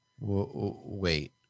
wait